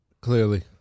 Clearly